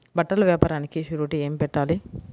బట్టల వ్యాపారానికి షూరిటీ ఏమి పెట్టాలి?